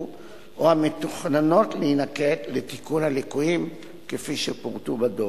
או המתוכננות להינקט לתיקון הליקויים כפי שפורטו בדוח.